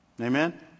amen